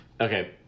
Okay